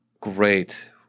great